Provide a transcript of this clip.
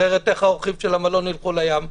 אחרת איך האורחים של המלון ילכו לים?